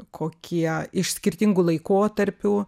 kokie iš skirtingų laikotarpių